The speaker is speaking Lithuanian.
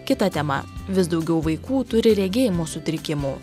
kita tema vis daugiau vaikų turi regėjimo sutrikimų